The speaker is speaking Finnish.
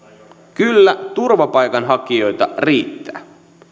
kyllä turvapaikanhakijoita riittää